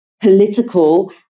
political